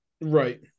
right